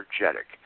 energetic